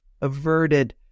averted